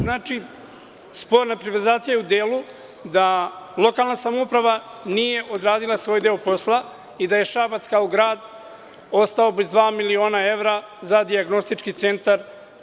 Znači, sporna je privatizacija u delu da lokalna samouprava nije odradila svoj deo posla i da je Šabac kao grad ostao bez dva miliona evra za dijagnostički centar.